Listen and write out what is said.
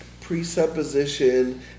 presupposition